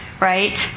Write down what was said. right